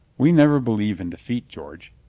we never believe in defeat, george.